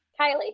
Kylie